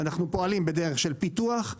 ופועלים בדרך של פיתוח,